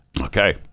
Okay